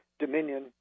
Dominion